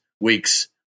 weeks